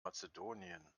mazedonien